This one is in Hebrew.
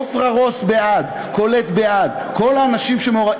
עפרה רוס בעד, קולט בעד, כל האנשים שמעורבים.